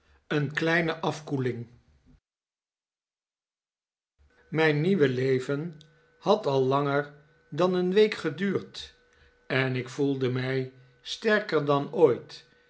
een kleine afkoeling mijn nieuwe leven had al langer dan een week geduurd en ik voelde mij sterker dan ooit